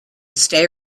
stay